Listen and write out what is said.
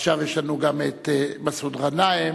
ועכשיו יש לנו גם מסעוד גנאים,